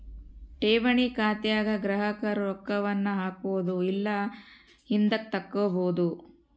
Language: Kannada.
ಠೇವಣಿ ಖಾತೆಗ ಗ್ರಾಹಕರು ರೊಕ್ಕವನ್ನ ಹಾಕ್ಬೊದು ಇಲ್ಲ ಹಿಂದುಕತಗಬೊದು